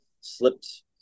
slipped